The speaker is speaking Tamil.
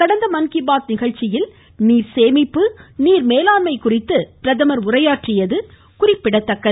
கடந்த மன் கி பாத் நிகழ்ச்சியில் நீர் சேமிப்பு நீர் மேலாண்மை குறித்து பிரதமர் உரையாற்றியது குறிப்பிடத்தக்கது